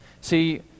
See